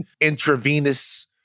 intravenous